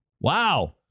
Wow